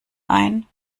ein